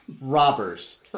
robbers